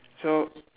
so